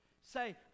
Say